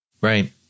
Right